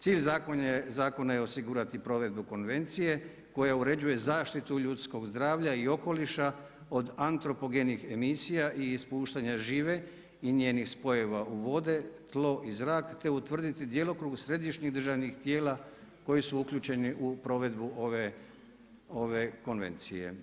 Cilj zakona je osigurati provedbu konvencije koja uređuje zaštitu ljudskog zdravlja i okoliša od antropogenih emisija i ispuštanja žive i njenih spojeva u vode, tlo i zrak te utvrditi djelokrug središnjih državnih tijela koji su uključeni u provedbu ove konvencije.